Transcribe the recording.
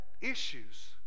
issues